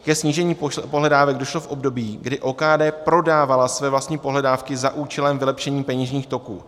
Ke snížení pohledávek došlo v období, kdy OKD prodávala své vlastní pohledávky za účelem vylepšení peněžních toků.